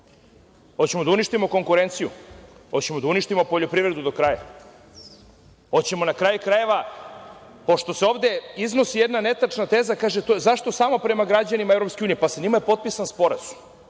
Hoćemo da uništimo konkurenciju? Hoćemo da uništimo poljoprivredu do kraja? Hoćemo na kraju krajeva, pošto se ovde iznosi jedna netačna teza, kaže – zašto samo prema građanima EU, pa sa njima je potpisan sporazum.